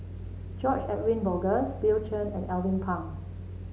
George Edwin Bogaars Bill Chen and Alvin Pang